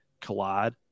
collide